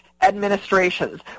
administrations